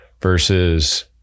versus